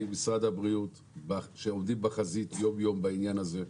משרד הבריאות שעומדים בחזית יום יום בעניין הזה.